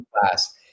class